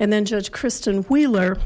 and then judge kristen wheeler